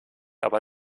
aber